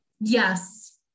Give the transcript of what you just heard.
Yes